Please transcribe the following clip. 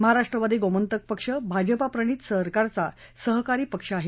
महाराष्ट्रवादी गोमंतक पक्ष भाजपाप्रणित सरकारचा सहकारी पक्ष आहे